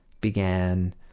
began